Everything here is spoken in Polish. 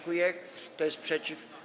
Kto jest przeciw?